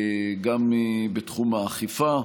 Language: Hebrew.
גם בתחום האכיפה.